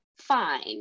fine